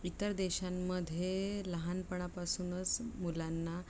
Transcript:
इतर देशांमध्ये लहानपणापासूनच मुलांना